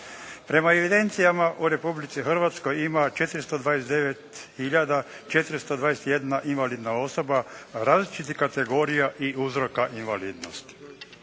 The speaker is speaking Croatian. Prema evidencijama u Republici Hrvatskoj ima 429 hiljada 421 invalidna osoba različitih kategorija i uzroka invalidnosti.